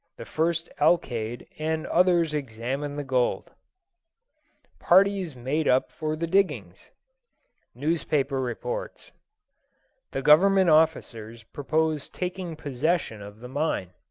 the first alcalde and others examine the gold parties made up for the diggings newspaper reports the government officers propose taking possession of the mine